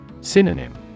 Synonym